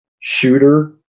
shooter